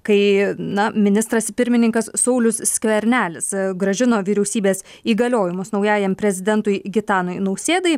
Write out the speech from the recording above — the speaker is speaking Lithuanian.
kai na ministras pirmininkas saulius skvernelis grąžino vyriausybės įgaliojimus naujajam prezidentui gitanui nausėdai